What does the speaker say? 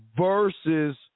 versus